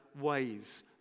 ways